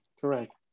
Correct